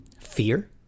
Fear